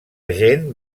gent